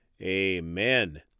Amen